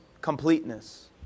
completeness